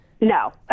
No